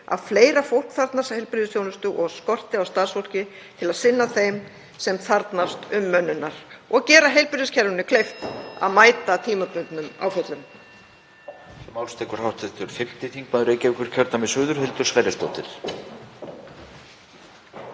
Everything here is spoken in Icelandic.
að fleira fólk þarfnast heilbrigðisþjónustu og skorti á starfsfólki til að sinna þeim sem þarfnast umönnunar og gera heilbrigðiskerfinu kleift að mæta tímabundnum áföllum.